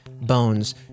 bones